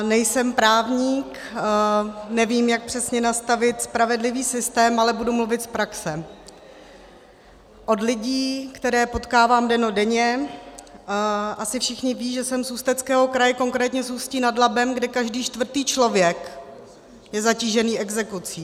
Nejsem právník, nevím, jak přesně nastavit spravedlivý systém, ale budu mluvit z praxe od lidí, které potkávám dennodenně, asi všichni vědí, že jsem z Ústeckého kraje, konkrétně z Ústí nad Labem, kde každý čtvrtý člověk je zatížený exekucí.